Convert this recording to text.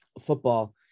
football